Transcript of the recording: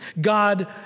God